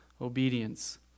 obedience